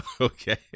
Okay